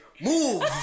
move